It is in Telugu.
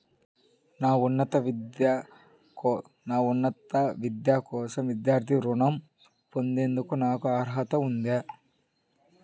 నా ఉన్నత విద్య కోసం విద్యార్థి రుణం పొందేందుకు నాకు అర్హత ఉందా?